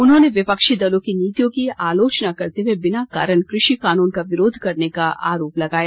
उन्होंने विपक्षी दलों की नीतियों की आलोचना करते हुए बिना कारण कृषि कानून का विरोध करने का आरोप लगाया